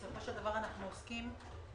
הרי בסופו של דבר אנחנו עוסקים בהורים